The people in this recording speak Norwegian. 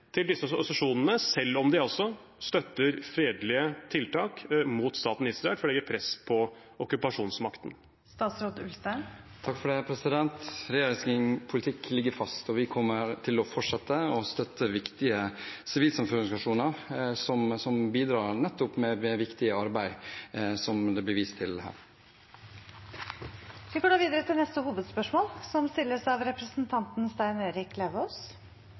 til disse organisasjonene, selv om de støtter fredelige tiltak mot staten Israel for å legge press på okkupasjonsmakten? Regjeringens politikk ligger fast, og vi kommer til å fortsette å støtte viktige sivilsamfunnsorganisasjoner som nettopp bidrar med viktig arbeid, som det ble vist til her. Vi går videre til neste hovedspørsmål. Spørsmålet går til statsråd Astrup. Vi får inn bekymringsmeldinger fra mange kommuner om utfordringen de nå begynner å se ved langtidsvirkningene av